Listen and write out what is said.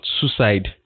suicide